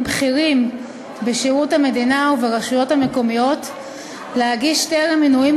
בכירים בשירות המדינה וברשויות המקומיות להגיש טרם מינוים